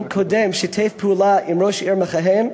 הקודם שיתף פעולה עם ראש העיר המכהן,